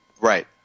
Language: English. Right